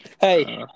Hey